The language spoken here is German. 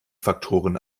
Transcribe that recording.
faktoren